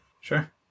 Sure